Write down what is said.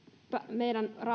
meidän